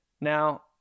Now